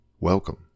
Welcome